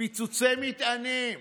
פיצוצי מטענים,